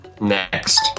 Next